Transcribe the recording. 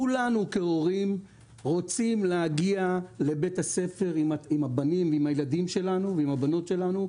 כולנו כהורים רוצים להגיע לבית הספר עם הילדים והילדות שלנו,